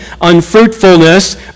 unfruitfulness